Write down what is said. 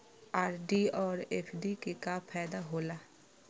RD और FD के का फायदा हौला?